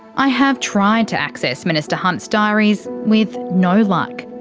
i have tried to access minister hunt's diaries, with no luck.